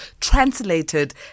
translated